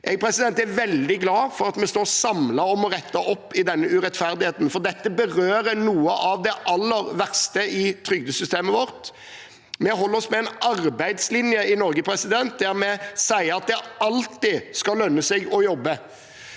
Jeg er veldig glad for at vi står samlet om å rette opp i denne urettferdigheten, for dette berører noe av det aller verste i trygdesystemet. Vi holder oss med en arbeidslinje i Norge der vi sier at det alltid skal lønne seg å jobbe.